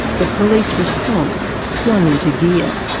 the police response swung into gear.